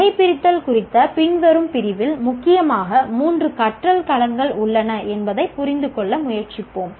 வகைபிரித்தல் குறித்த பின்வரும் பிரிவில் முக்கியமாக மூன்று கற்றல் களங்கள் உள்ளன என்பதை புரிந்து கொள்ள முயற்சிப்போம்